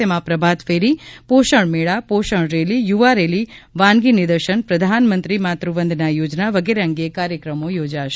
તેમાં પ્રભાત ફેરી પોષણ મેળા પોષણ રેલી યુવા રેલી વાનગી નિદર્શન પ્રધાનમંત્રી માતૃવંદના યોજના વગેરે અંગે કાર્યક્રમો યોજાશે